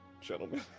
gentlemen